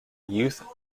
youth